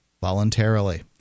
voluntarily